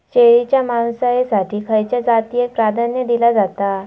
शेळीच्या मांसाएसाठी खयच्या जातीएक प्राधान्य दिला जाता?